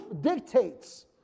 dictates